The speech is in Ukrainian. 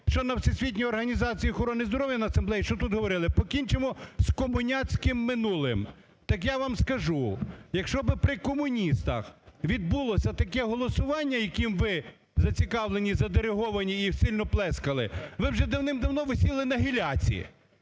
що на Всесвітній організації охорони здоров'я на Асамблеї, що тут говорили: покінчимо з комуняцьким минулим. Так я вам скажу: якщо б при комуністах відбулося таке голосування, яким ви зацікавлені, задереговані і сильно плескали, ви б вже давним-давно висіли на гиляці.